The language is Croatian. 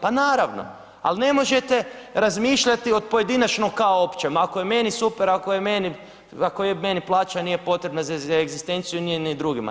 Pa naravno, al ne možete razmišljati od pojedinačno kao općem, ako je meni super, ako je meni, ako je meni plaća nije potreba za egzistenciju nije ni drugima.